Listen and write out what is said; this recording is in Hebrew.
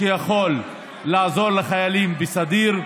יכול לעזור לחיילים בסדיר,